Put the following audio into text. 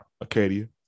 Acadia